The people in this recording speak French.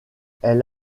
elle